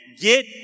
Get